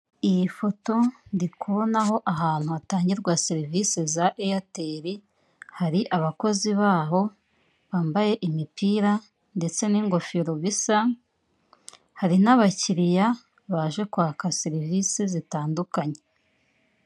Iyi foto ndikubonaho ahantu hatangirwa serivise za eyateri hari abakozi baho bambaye imipira ndetse n'ingofero bisa, hari n'abakiriya baje kwaka serivise zitandukanye.